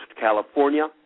California